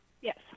Yes